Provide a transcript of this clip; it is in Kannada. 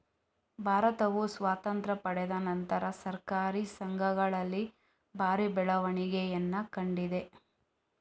ಭಾರತವು ಸ್ವಾತಂತ್ರ್ಯ ಪಡೆದ ನಂತರ ಸಹಕಾರಿ ಸಂಘಗಳಲ್ಲಿ ಭಾರಿ ಬೆಳವಣಿಗೆಯನ್ನ ಕಂಡಿದೆ